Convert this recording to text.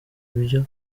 ibyo